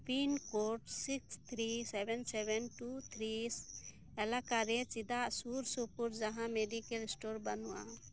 pin code six three seven seven two three ᱮᱞᱟᱠᱟᱨᱮ ᱪᱮᱫᱟᱜ ᱥᱩᱨ ᱥᱩᱯᱩᱨ ᱡᱟᱦᱟᱱ ᱢᱮᱰᱤᱠᱮᱞ ᱥᱴᱳᱨ ᱵᱟᱱᱩᱜᱼᱟ